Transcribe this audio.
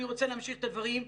אני רוצה להמשיך את הדברים,